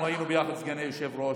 אנחנו היינו ביחד סגני יושב-ראש,